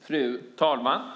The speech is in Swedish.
Fru talman!